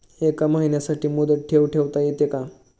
एका महिन्यासाठी मुदत ठेव ठेवता येते का?